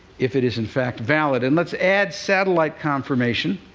if it is, in fact, valid. and let's add satellite confirmation.